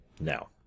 Now